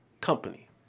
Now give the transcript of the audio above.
company